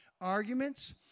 arguments